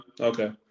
Okay